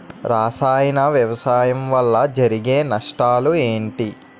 రసాయన వ్యవసాయం వల్ల జరిగే నష్టాలు ఏంటి?